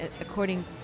according